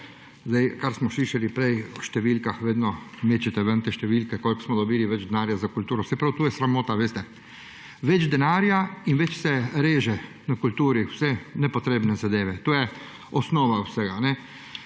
Kar smo slišali prej o številkah, vedno mečete ven te številke, koliko smo dobili več denarja za kulturo. Saj prav to je sramota, veste. Več denarja in več se reže na kulturi vse nepotrebne zadeve. To je osnova vsega.